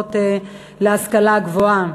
במוסדות להשכלה גבוהה.